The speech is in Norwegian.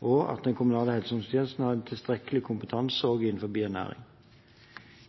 og at den kommunale helse- og omsorgstjenesten har tilstrekkelig kompetanse også innenfor ernæring.